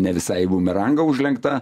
ne visai į bumerangą užlenktą